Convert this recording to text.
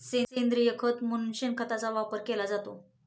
सेंद्रिय खत म्हणून शेणखताचा वापर केला जातो